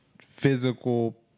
physical